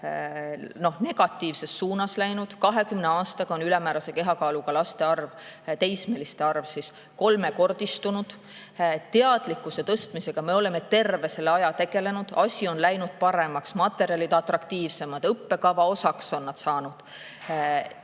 negatiivses suunas läinud, 20 aastaga on ülemäärase kehakaaluga laste arv, teismeliste arv kolmekordistunud. Teadlikkuse tõstmisega me oleme terve selle aja tegelenud. Asi on läinud paremaks, materjalid on atraktiivsemad, nad on saanud õppekava